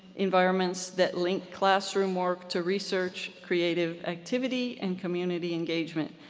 environments that link classroom work to research creative activity and community engagement,